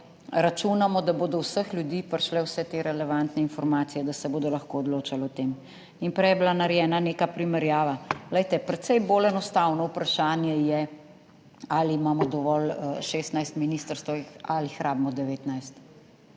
Računamo, da bo do vseh ljudi prišle vse te relevantne informacije, da se bodo lahko odločali o tem. In prej je bila narejena neka primerjava, glejte, precej bolj enostavno vprašanje je, ali imamo dovolj 16 ministrstev ali jih rabimo 19.